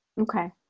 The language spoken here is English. Okay